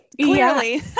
Clearly